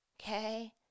okay